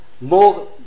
more